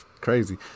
crazy